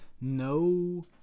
no